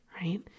Right